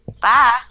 Bye